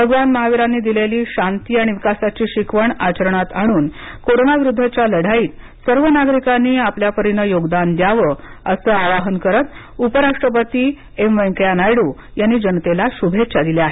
भगवान महावीरांनी दिलेली शांती आणि विकासाची शिकवण आचरणात आणून कोरोंना विरुद्धच्या लढाईत सर्व नागरिकांनी आपल्या परीने योगदान द्याव अस आवाहन करत उपराष्ट्रपती एम वैनकया नायडू यांनी जनतेला शुभेच्छा दिल्या आहेत